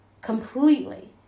completely